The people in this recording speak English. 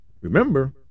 Remember